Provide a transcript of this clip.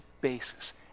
basis